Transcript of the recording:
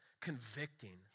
convicting